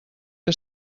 que